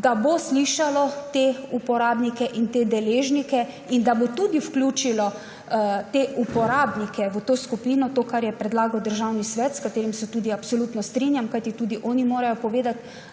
da bo slišalo te uporabnike in te deležnike ter da bo tudi vključilo te uporabnike v to skupino, kar je predlagal Državni svet, s katerim se tudi absolutno strinjam, kajti tudi oni morajo povedati